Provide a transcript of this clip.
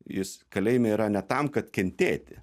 jis kalėjime yra ne tam kad kentėti